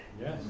Yes